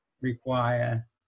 require